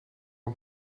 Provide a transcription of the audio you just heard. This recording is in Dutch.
een